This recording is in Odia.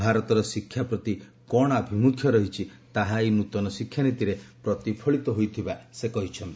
ଭାରତର ଶିକ୍ଷା ପ୍ରତି କ'ଣ ଆଭିମୁଖ୍ୟ ରହିଛି ତାହା ଏହି ନୃତନ ଶିକ୍ଷାନୀତିରେ ପ୍ରତିଫଳିତ ହୋଇଥିବା ସେ କହିଛନ୍ତି